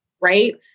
Right